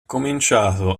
cominciato